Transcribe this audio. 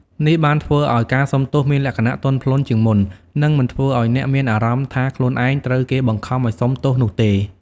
នេះបានធ្វើឱ្យការសុំទោសមានលក្ខណៈទន់ភ្លន់ជាងមុននិងមិនធ្វើឱ្យអ្នកមានអារម្មណ៍ថាខ្លួនឯងត្រូវគេបង្ខំឲ្យសុំទោសនោះទេ។